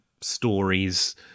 stories